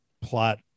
plot